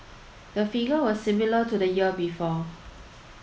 the figure was similar to the year before